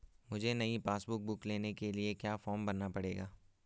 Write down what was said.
मुझे नयी passbook book लेने के लिए क्या फार्म भरना पड़ेगा?